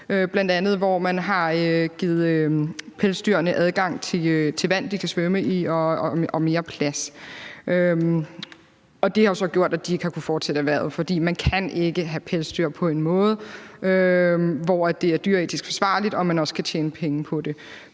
Tyskland, hvor man har givet pelsdyrene adgang til vand, de kan svømme i, og mere plads. Og det har jo så gjort, at de ikke har kunnet fortsætte erhvervet. For man kan ikke have pelsdyr på en måde, hvor det er dyreetisk forsvarligt og man også kan tjene penge på det.